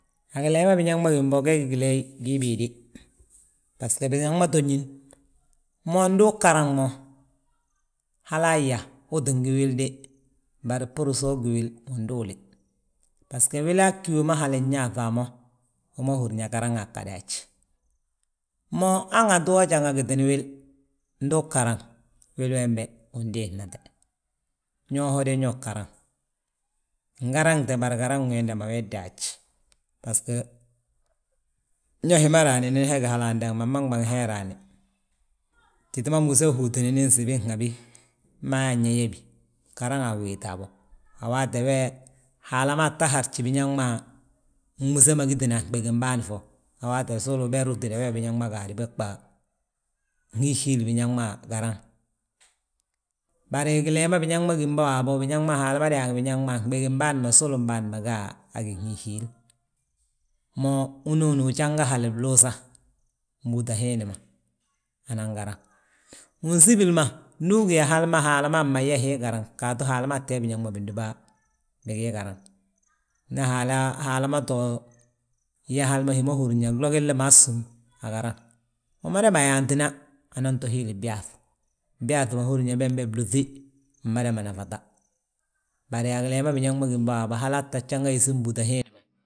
A gilee ma biñaŋ ma gím bo ge gileey gii béede, basgo biñaŋ ma to ñín. Mo ndu ugaraŋ mo, halla yaa utingi wil de, bari bbúru so ugí wil, win duuli, basgo wii ggí wi ma hali nyaaŧa a mo, wi ma húrin yaa garaŋa gada haj. Mo hanganti, wo janga gitini wil, ndu ugaraŋ wili wembe wi ndiisnate, ño ho de ño garaŋ. Ngaraŋte bari garaŋ wiinda ma wii ddaaj, basgo ñe hi ma raanani he ga hala andaŋ maman ɓaŋ hee raani. Titi ma múse hútini nsibi nhabi, mma yaan yaa yebi, garaŋaa wwéeti habo. Waati we Haala maa tta harji biñaŋ ma, gmúse ma gitini a fnɓingim bâan fo. A waati we sulu uber utida wee biñaŋ ma gaadi bég bà gihihiili biñaŋ ma garaŋ; Bari gilee ma biñaŋ ma gimbo, waabo biñaŋ ma Haala ma daangi biñaŋ ma a fnɓigin bâan ma sulun bâan ma ga a ginhihiil. Mo hinooni ujanga hali bluusa, mbúuta hiindi ma, anan garaŋ. unsibili ma ndu ugí yaa hal ma Haala maa yyaa hii garaŋ gatu Haala maa tti yaa biñaŋ ma bindúba bigii garaŋ. Ndi Haala ma to, yaa hali ma hi ma húri yaa glo gilli maa ssúm agaraŋ umada bà yaantina anan to, hiili byaaŧ. Byaaŧi ma húri yaa bembe blúŧi, mmada ma nafata, bari a gilee ma biñaŋ ma gim bo waabo halaa tta janga yisa mbúuta hiindi ma.